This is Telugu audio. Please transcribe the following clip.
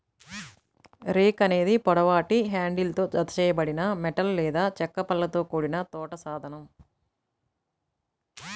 రేక్ అనేది పొడవాటి హ్యాండిల్తో జతచేయబడిన మెటల్ లేదా చెక్క పళ్ళతో కూడిన తోట సాధనం